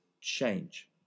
change